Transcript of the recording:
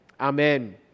Amen